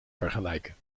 vergelijken